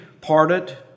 parted